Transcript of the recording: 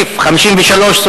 סעיף 53(7)